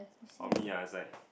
for me ah it's like